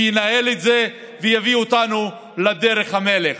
שינהל את זה ויביא אותנו לדרך המלך,